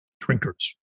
drinkers